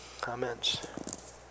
comments